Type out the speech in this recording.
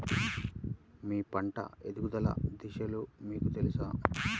మీ పంట ఎదుగుదల దశలు మీకు తెలుసా?